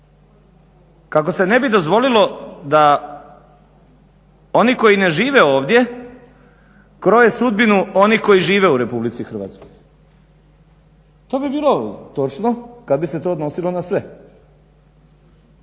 kako se ne bi dozvolilo da oni koji ne žive ovdje kroje sudbinu onih koji žive u Republici Hrvatskoj. To bi bilo točno kad bi se to odnosilo na sve.